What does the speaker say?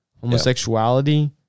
homosexuality